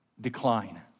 decline